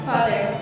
Father